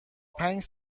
پنج